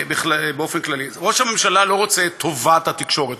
באופן כללי: ראש הממשלה לא רוצה את טובת התקשורת,